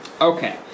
Okay